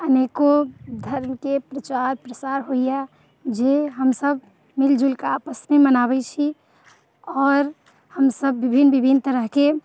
अनेको धर्म के प्रचार प्रसार होइया जे हमसभ मिल जुलि कऽ आपस मे मनाबै छी आओर हमसभ बिभिन्न बिभिन्न तरहकेँ